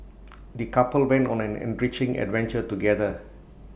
the couple went on an enriching adventure together